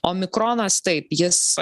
omikronas taip jis